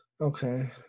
Okay